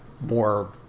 more